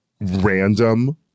random